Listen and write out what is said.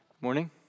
Morning